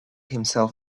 himself